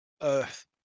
Earth